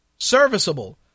serviceable